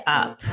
up